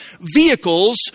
vehicles